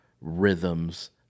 rhythms